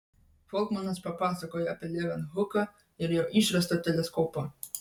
folkmanas papasakojo apie levenhuką ir jo išrastą teleskopą